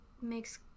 makes